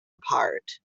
apart